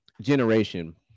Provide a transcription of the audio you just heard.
generation